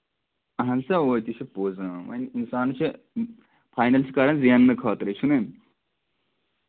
اَہن سا اَوٕ تہِ چھُ پوٚز اۭں ووٚنۍ اِنسان چھُ فینل چھُ کران زیننہٕ خٲطرَے